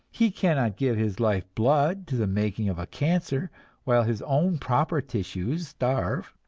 he cannot give his life-blood to the making of a cancer while his own proper tissues starve.